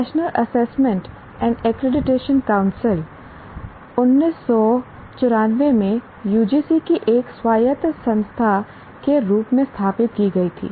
national Assessment and Accreditation Council 1994 में UGC की एक स्वायत्त संस्था के रूप में स्थापित की गई थी